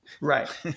Right